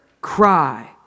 cry